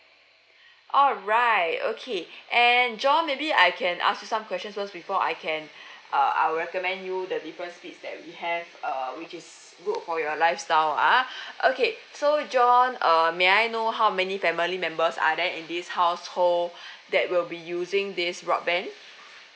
alright okay and john maybe I can ask you some questions first before I can err I'll recommend you the different speeds that we have err which is good for your lifestyle ah okay so john uh may I know how many family members are there in this household that will be using this broadband